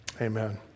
Amen